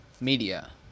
media